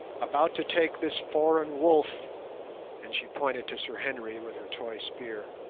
about to take this foreign wolf and she pointed to sir henry with her toy spear,